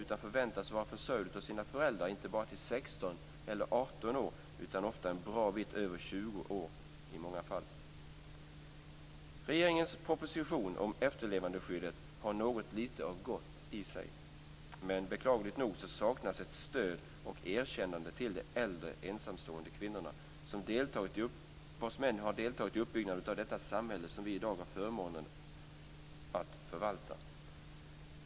De förväntas vara försörjda av föräldrar, inte bara till 16 eller 18 år, utan en bra bit över 20 år i många fall. Regeringens proposition om efterlevandeskyddet har något lite av gott i sig. Men beklagligt nog saknas ett stöd och erkännande till de äldre, ensamstående kvinnorna, vars män deltagit i uppbyggnaden av detta samhälle som vi i dag har förmånen att förvalta.